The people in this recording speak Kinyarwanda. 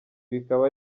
bikaba